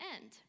end